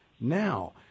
now